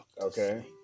Okay